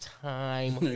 time